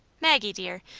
maggie dear,